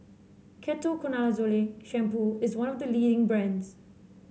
Ketoconazole Shampoo is one of the leading brands